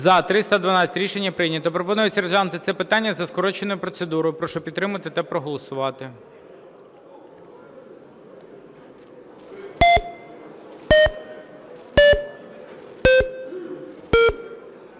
За-312 Рішення прийнято. Пропонується розглянути це питання за скороченою процедурою. Прошу підтримати та проголосувати.